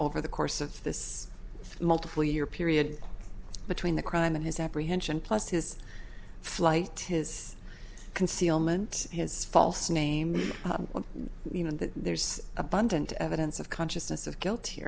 over the course of this multiple year period between the crime and his apprehension plus his flight his concealment his false name or even that there's abundant evidence of consciousness of guilt